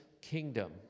kingdom